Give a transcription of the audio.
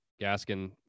Gaskin